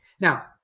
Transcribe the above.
Now